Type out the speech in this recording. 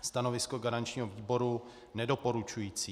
Stanovisko garančního výboru nedoporučující.